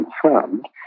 confirmed